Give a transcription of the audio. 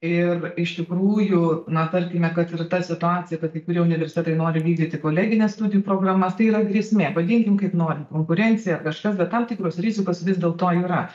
ir iš tikrųjų na tarkime kad ir ta situacija kad kai kurie universitetai nori vykdyti kolegines studijų programas tai yra grėsmė vadinkim kaip norim konkurencija ar kažkas bet tam tikros rizikos vis dėlto yra